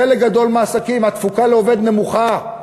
חלק גדול מהעסקים, התפוקה לעובד נמוכה.